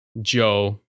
Joe